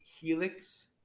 helix